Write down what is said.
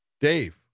Dave